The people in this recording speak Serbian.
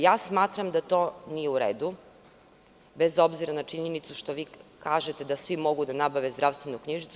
Ja smatram da to nije u redu, bez obzira na činjenicu što vi kažete da svi mogu da nabave zdravstvenu knjižicu.